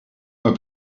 pas